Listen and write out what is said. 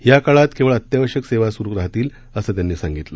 या काळात केवळ अत्यावश्यक सेवा सुरु राहतील असं त्यांनी सांगितलं